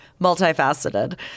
multifaceted